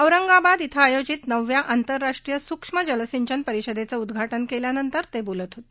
औरंगाबाद क्विं आयोजित नवव्या आंतरराष्ट्रीय सूक्ष्म जलसिंचन परिषदेचं उद्घाटन केल्यानंतर ते बोलत होते